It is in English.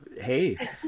hey